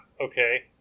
okay